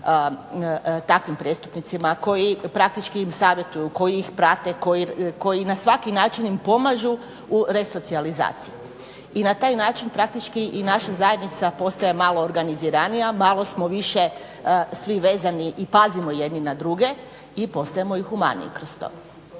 takvim prijestupnicima, koji praktički im savjetuju, koji ih prate, koji na svaki način im pomažu u resocijalizaciji. I na taj način praktički i naša zajednica postaje malo organiziranija, malo smo više svi vezani i pazimo jedni na druge i postajemo i humaniji kroz to.